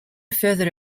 further